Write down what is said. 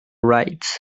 rights